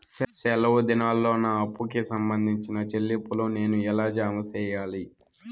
సెలవు దినాల్లో నా అప్పుకి సంబంధించిన చెల్లింపులు నేను ఎలా జామ సెయ్యాలి?